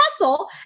castle